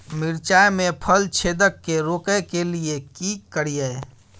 मिर्चाय मे फल छेदक के रोकय के लिये की करियै?